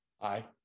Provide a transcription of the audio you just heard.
Aye